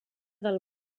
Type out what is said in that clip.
del